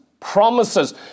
promises